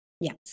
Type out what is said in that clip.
Yes